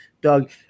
Doug